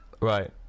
right